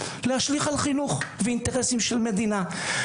ישליך על חינוך ואינטרסים של מדינה.